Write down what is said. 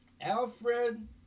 Alfred